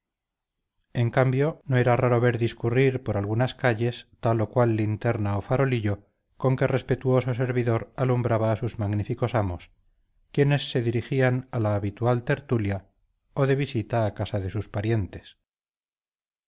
en cambio no era raro ver discurrir por algunas calles tal o cual linterna o farolillo con que respetuoso servidor alumbraba a sus magníficos amos quienes se dirigían a la habitual tertulia o de visita a casa de sus parientes